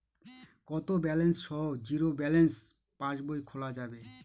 কত ব্যালেন্স সহ zero balance পাসবই খোলা যাবে?